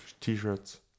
t-shirts